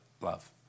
love